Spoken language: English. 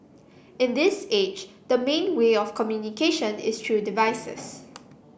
in this age the main way of communication is through devices